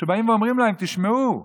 באים ואומרים להם: תשמעו,